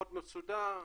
מאוד מסודר,